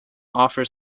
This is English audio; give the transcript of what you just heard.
offer